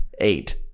eight